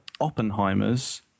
Oppenheimer's